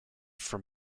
from